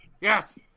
Yes